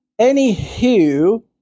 Anywho